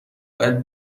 باید